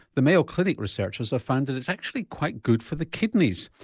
the mayo clinic researchers have found that it's actually quite good for the kidneys.